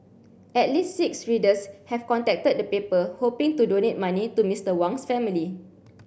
at least six readers have contacted the paper hoping to donate money to Mister Wang's family